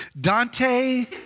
Dante